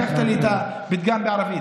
לקחת לי את הפתגם בערבית.